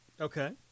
Okay